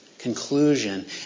Conclusion